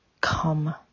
come